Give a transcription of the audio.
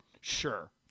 sure